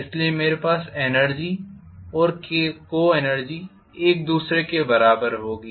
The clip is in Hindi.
इसलिए मेरे पास एनर्जी और को एनर्जी एक दूसरे के बराबर होगी